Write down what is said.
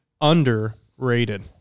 underrated